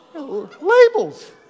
labels